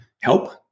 help